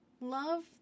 love